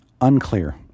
Unclear